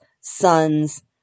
son's